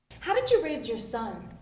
how did you raise your son?